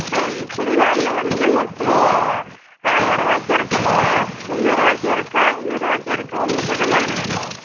சரி சுடிதாரில் வந்து மொத்தம் ஆயர்ரூவாய்க்கு இருக்கும்மா முன்னூ ரூவாய்க்கு இருக்கு ஐநூறுரூவாய்க்கும் இருக்கு உங்களுக்கு எது மாதிரி வேணும்